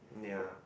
ya